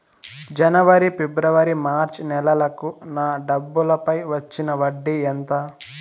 జనవరి, ఫిబ్రవరి, మార్చ్ నెలలకు నా డబ్బుపై వచ్చిన వడ్డీ ఎంత